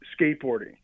skateboarding